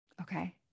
Okay